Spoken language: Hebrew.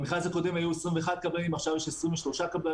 במכרז הקודם היו 21 קבלנים, עכשיו יש 23 קבלנים.